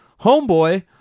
Homeboy